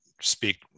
speak